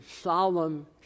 solemn